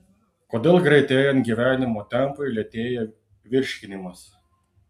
kodėl greitėjant gyvenimo tempui lėtėja virškinimas